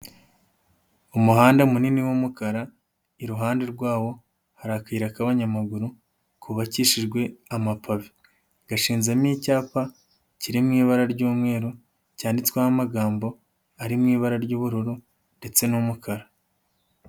Umuhanda munini w'umukara iruhande rwawo harikwira k'abanyamaguru kubabakishijwe amapavi gashinzemo icyapa kiri mu ibara ry'umweru, cyanditsweho amagambo ari mu ibara ry'ubururu ndetse n'umukara.